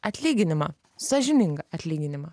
atlyginimą sąžiningą atlyginimą